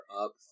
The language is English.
up